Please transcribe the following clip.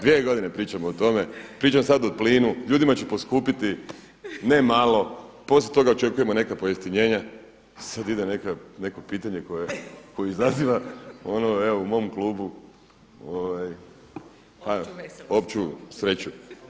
Dvije godine pričamo o tome, pričam sad o plinu, ljudima će poskupiti ne malo, poslije toga očekujemo neka pojeftinjenja i sada ide neko pitanje koje izaziva evo u mom klubu opću sreću.